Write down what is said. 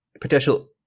potential